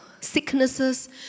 sicknesses